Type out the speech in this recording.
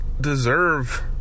deserve